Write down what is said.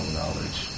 knowledge